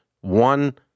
One